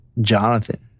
Jonathan